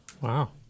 Wow